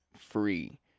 free